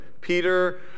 Peter